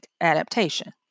adaptation